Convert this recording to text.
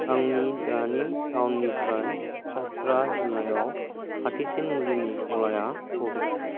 आंनि दानि थावनिनिफ्राय चात्रा जिल्लायाव खाथिसिन मुलिनि गलाया बबे